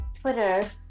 Twitter